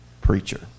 preacher